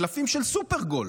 קלפים של סופרגול,